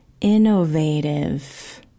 innovative